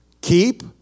Keep